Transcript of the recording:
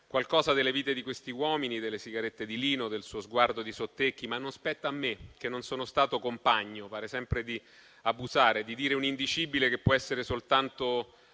qualcosa delle vite di questi uomini, delle sigarette di Lino o del suo sguardo di sottecchi, ma non spetta a me, che non sono stato compagno; pare sempre di abusare, di dire un indicibile che può essere soltanto